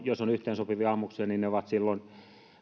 jos on yhteensopivia ammuksia varastot ovat silloin